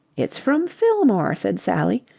it's from fillmore, said sally,